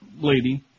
lady